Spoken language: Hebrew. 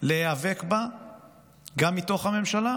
להיאבק בה גם מתוך הממשלה